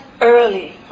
early